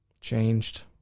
changed